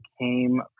came